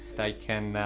they can, ah,